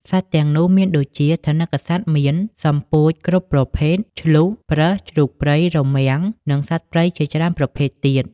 សត្វទាំងនោះមានដូចជា ថនិកសត្វមាន សំពោចគ្រប់ប្រភេទ ឈ្លូស ប្រើស ជ្រូកព្រៃ រមាំង និងសត្វព្រៃជាច្រើនប្រភេទទៀត។